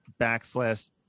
backslash